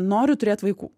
noriu turėt vaikų